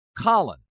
Colin